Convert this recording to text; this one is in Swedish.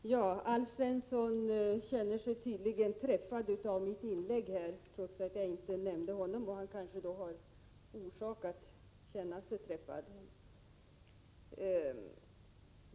Fru talman! Alf Svensson känner sig tydligen träffad av mitt inlägg, trots att jag inte nämnde honom. Han kanske har orsak att känna sig träffad.